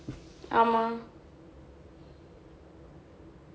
ஆமா:aamaa